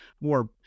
more